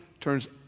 turns